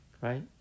right